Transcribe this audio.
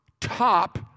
top